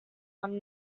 one